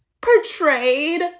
portrayed